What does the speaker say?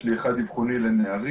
יש לי אחד אבחוני לנערים,